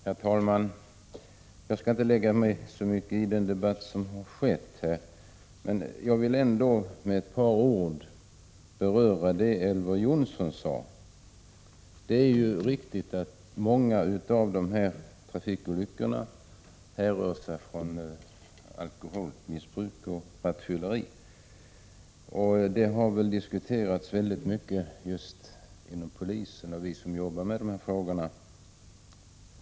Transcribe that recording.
Herr talman! Jag skall inte särskilt mycket lägga mig i den debatt som förts här, men jag vill med ett par ord beröra det som Elver Jonsson sade. Det är riktigt att många trafikolyckor härrör från alkoholmissbruk och rattfylleri. Hur man skall stävja detta har diskuterats väldigt mycket just inom polisen och bland oss som jobbar med dessa frågor.